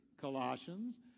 Colossians